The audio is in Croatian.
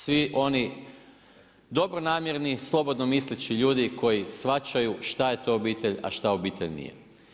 Svi oni dobronamjerni slobodnomisleći ljudi koji shvaćaju šta je to obitelj, a što obitelj nije.